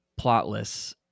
plotless